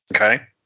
Okay